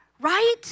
right